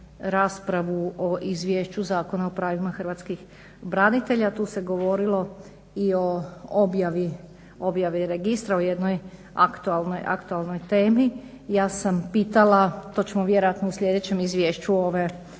raspravu o Izvješću Zakona o pravima hrvatskih branitelja, tu se govorilo i o objavi registra, o jednoj aktualnoj temi. Ja sam pitala, to ćemo vjerojatno u sljedećem izvješću ove